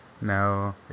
No